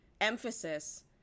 emphasis